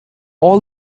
all